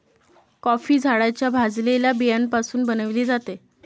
coffee झाडाच्या भाजलेल्या बियाण्यापासून बनविली जाते